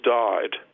died